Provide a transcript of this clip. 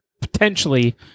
potentially